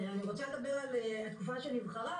אני רוצה לדבר על התקופה שנבחרה,